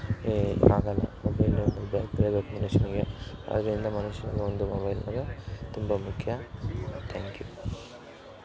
ಆಗೋಲ್ಲ ಮೊಬೈಲು ಬೇಕೇ ಬೇಕು ಮನುಷ್ಯನ್ಗೆ ಅದರಿಂದ ಮನುಷ್ಯನ್ಗೆ ಒಂದು ಮೊಬೈಲ್ ಅನ್ನೋದು ತುಂಬ ಮುಖ್ಯ ತ್ಯಾಂಕ್ ಯು